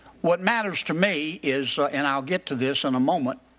what matters to me is and i'll get to this in a moment.